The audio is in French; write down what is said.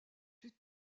plus